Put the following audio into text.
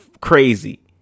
crazy